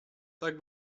tak